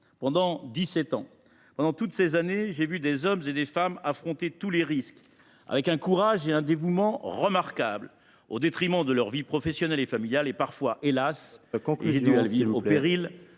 sept ans. Pendant toutes ces années, j’ai vu des hommes et des femmes affronter tous les risques et faire preuve d’un courage et d’un dévouement remarquables, au détriment de leur vie professionnelle et familiale, et, parfois, hélas ! au péril